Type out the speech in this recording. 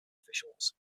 officials